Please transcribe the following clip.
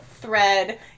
thread